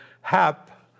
Hap